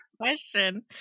question